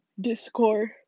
Discord